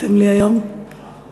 עשיתם לי היום בית-ספר.